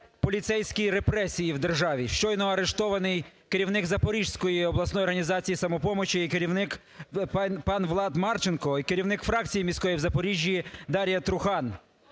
поліцейські репресії в державі. Щойно арештований керівник Запорізької обласної організації "Самопомочі" пан Влад Марченко і керівник фракції міської в Запоріжжі Дар'я Трухан.